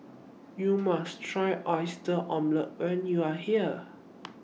YOU must Try Oyster Omelette when YOU Are here